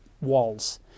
walls